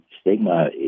stigma